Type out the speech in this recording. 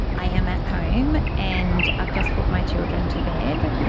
i am at home and i've just put my children to bed.